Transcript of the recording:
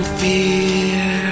fear